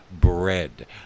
bread